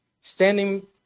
standing